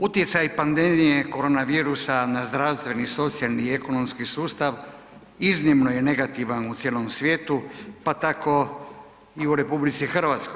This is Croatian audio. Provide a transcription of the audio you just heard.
Utjecaj pandemije korona virusa na zdravstveni, socijalni i ekonomski sustav iznimno je negativan u cijelom svijetu, pa tako i u RH.